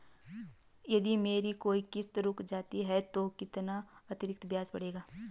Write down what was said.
यदि मेरी कोई किश्त रुक जाती है तो कितना अतरिक्त ब्याज पड़ेगा?